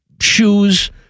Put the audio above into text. shoes